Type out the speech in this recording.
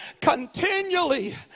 continually